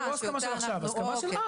זו לא הסכמה שהייתה עכשיו, זו הסכמה של אז.